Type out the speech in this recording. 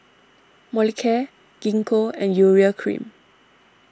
Molicare Gingko and Urea Cream